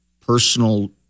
personal